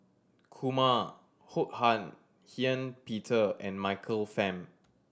Kumar Ho Han Ean Peter and Michael Fam